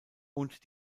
und